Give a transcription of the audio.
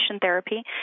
therapy